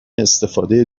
استفاده